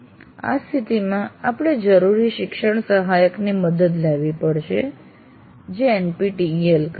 આ સ્થિતિમાં આપે જરૂરી શિક્ષણ સહાયકની મદદ લેવી પડશે જે NPTEL કરે છે